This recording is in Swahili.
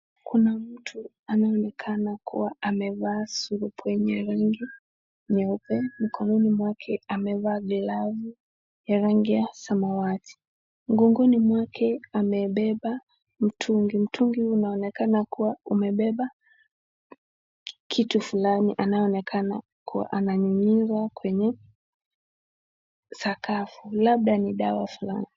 Kuna mtu anaonekana kuwa amevaa surupwenye ya rangi nyeupe. Mkononi mwake amevaa glavu ya rangi ya samawati. Mgongoni mwake amebeba mtungi. Mtungi huu unaonekana kuwa umebeba kitu fulani anaonekana kuwa ananyunyiza kwenye sakafu. Labda ni dawa fulani.